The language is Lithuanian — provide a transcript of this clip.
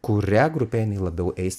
kuria grupe jinai labiau eis